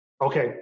Okay